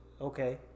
Okay